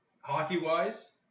hockey-wise